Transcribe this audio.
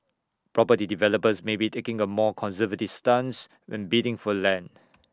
property developers may be taking A more conservative stance when bidding for land